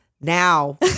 Now